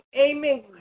Amen